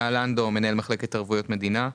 גל לנדו, מנהל מחלקת ערבויות מדינה.